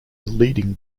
leading